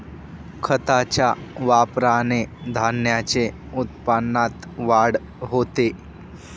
खताच्या वापराने धान्याच्या उत्पन्नात वाढ होते